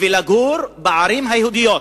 לגור בערים היהודיות: